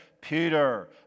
Peter